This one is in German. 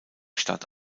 stadt